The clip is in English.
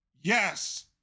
Yes